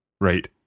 Right